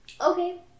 Okay